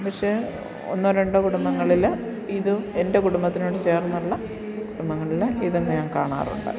പക്ഷേ ഒന്നോ രണ്ടോ കുടുംബങ്ങളിൽ ഇതും എൻ്റെ കുടുംബത്തിനോട് ചേർന്നുള്ള കുടുംബങ്ങളിൽ ഇതും ഞാൻ കാണാറുണ്ട്